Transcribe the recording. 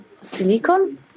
silicon